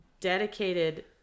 dedicated